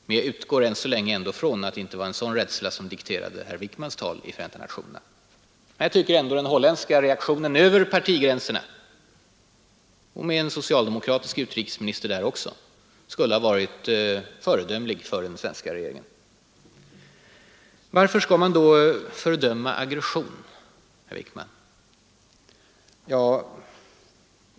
Men jag utgår än så länge från att det inte var rädsla för oljan som dikterade herr Wickmans tal i FN. Den holländska reaktionen över partigränserna — och med en socialdemokratisk utrikesminister även där — skulle ha varit föredömlig för den svenska regeringen. Varför skall man då fördöma aggression?